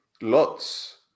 lots